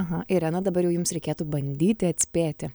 aha irena dabar jau jums reikėtų bandyti atspėti